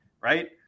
Right